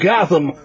Gotham